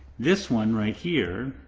this one right here,